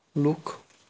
لُکھ